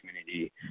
community